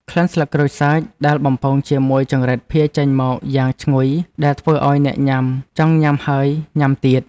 ក្លិនស្លឹកក្រូចសើចដែលបំពងជាមួយចង្រិតភាយចេញមកយ៉ាងឈ្ងុយដែលធ្វើឱ្យអ្នកញ៉ាំចង់ញ៉ាំហើយញ៉ាំទៀត។